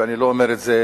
ואני לא אומר את זה